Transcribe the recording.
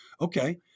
Okay